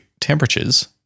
temperatures